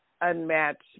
unmatched